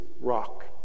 rock